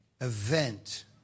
event